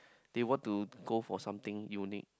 they want to go for something unit